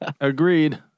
Agreed